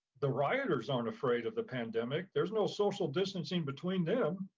the writers aren't afraid of the pandemic, there's no social distancing between them.